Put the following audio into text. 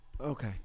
Okay